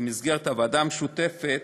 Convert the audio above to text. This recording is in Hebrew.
במסגרת הוועדה המשותפת,